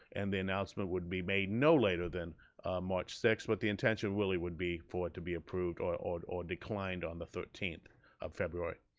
and the announcement would be made no later than march sixth, but the intention really would be for it to be approved or or declined on the thirteenth of february.